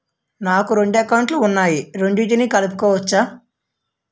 నాకు రెండు అకౌంట్ లు ఉన్నాయి రెండిటినీ కలుపుకోవచ్చా?